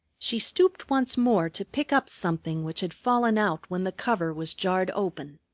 she stooped once more to pick up something which had fallen out when the cover was jarred open.